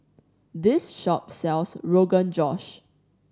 this shop sells Rogan Josh